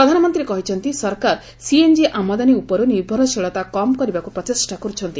ପ୍ରଧାନମନ୍ତ୍ରୀ କହିଛନ୍ତି ସରକାର ସିଏନ୍ଜି ଆମଦାନୀ ଉପରୁ ନିର୍ଭରଶୀଳତା କମ୍ କରିବାକୁ ପ୍ରଚେଷ୍ଟା କରୁଛନ୍ତି